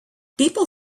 people